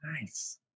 nice